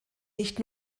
nicht